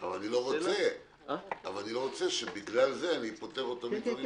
אבל אני לא רוצה שבגלל זה אני פוטר אותו מדברים אחרים.